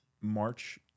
March